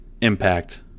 impact